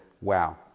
wow